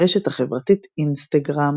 ברשת החברתית אינסטגרם